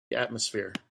atmosphere